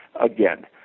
again